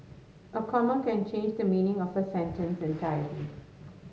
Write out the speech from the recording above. a comma can change the meaning of a sentence entirely